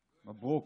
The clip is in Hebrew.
מברוכ.